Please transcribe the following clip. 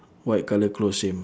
white colour close same